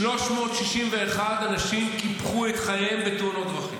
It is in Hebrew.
361 אנשים קיפחו את חייהם בתאונות הדרכים.